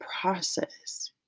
process